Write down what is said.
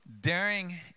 Daring